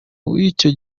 w’icyo